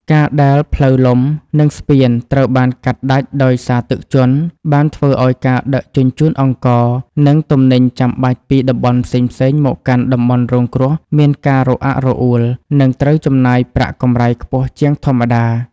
ការដែលផ្លូវលំ និងស្ពានត្រូវបានកាត់ដាច់ដោយសារទឹកជន់ បានធ្វើឱ្យការដឹកជញ្ជូនអង្ករ និងទំនិញចាំបាច់ពីតំបន់ផ្សេងៗមកកាន់តំបន់រងគ្រោះមានការរអាក់រអួល និងត្រូវចំណាយប្រាក់កម្រៃខ្ពស់ជាងធម្មតា។